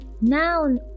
noun